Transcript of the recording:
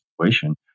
situation